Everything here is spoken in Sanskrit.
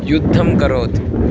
युद्धम् अकरोत्